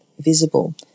visible